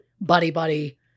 buddy-buddy